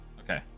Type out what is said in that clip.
Okay